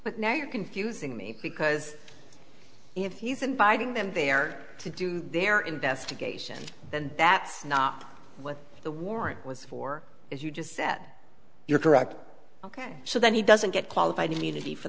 but now you're confusing me because if he's inviting them there to do their investigation and that's not what the warrant was for as you just said you're correct ok so that he doesn't get qualified immunity for